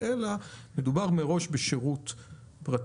אלא מדובר מראש בשירות פרטי.